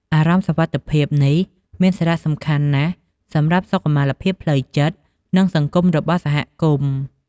អារម្មណ៍សុវត្ថិភាពនេះមានសារៈសំខាន់ណាស់សម្រាប់សុខុមាលភាពផ្លូវចិត្ត និងសង្គមរបស់សហគមន៍។